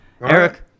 Eric